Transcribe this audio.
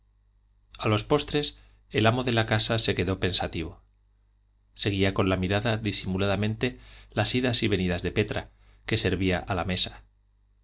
a los postres el amo de la casa se quedó pensativo seguía con la mirada disimuladamente las idas y venidas de petra que servía a la mesa